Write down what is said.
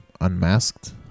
unmasked